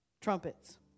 Trumpets